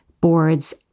boards